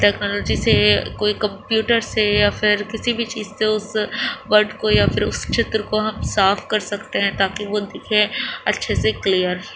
technology سے کوئی computer سے یا پھر کسی بھی چیز سے اس ورڈ کو یا پھر اس چتر کو ہم صاف کر سکتے ہیں تاکہ وہ دکھے اچھے سے کلیئر